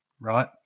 right